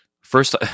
First